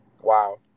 Wow